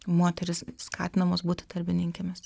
moterys skatinamos būti darbininkėmis